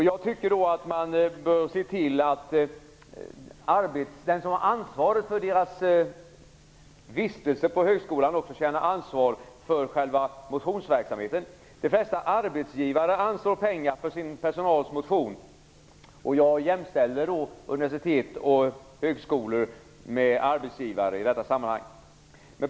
Jag tycker att man bör se till att den som har ansvaret för deras vistelse vid universitet och högskolor också känner ansvar för själva motionsverksamheten. De flesta arbetsgivare anslår pengar för sin personals motion. Jag jämställer universitet och högskolor med arbetsgivare i detta sammanhang.